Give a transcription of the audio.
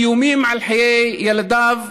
איומים על חיי ילדיו,